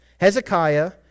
Hezekiah